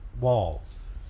walls